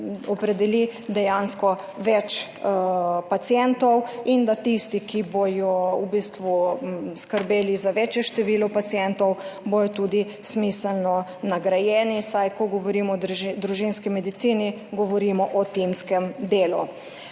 opredeli več pacientov in da bodo tisti, ki bodo v bistvu skrbeli za večje število pacientov, tudi smiselno nagrajeni, saj ko govorimo o družinski medicini, govorimo o timskem delu.